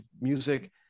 music